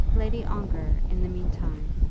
lady ongar, in the meantime,